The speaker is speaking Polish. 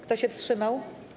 Kto się wstrzymał?